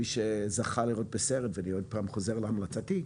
מי שזכה לראות בסרט ואני עוד פעם חוזר על המלצתי,